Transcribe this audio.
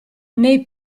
nei